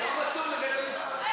זה יהודים?